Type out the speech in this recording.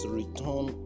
return